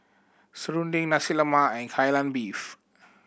serunding Nasi Lemak and Kai Lan Beef